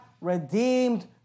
redeemed